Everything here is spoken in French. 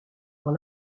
dans